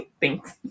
Thanks